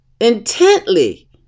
intently